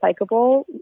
recyclable